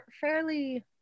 fairly